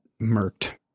murked